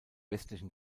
westlichen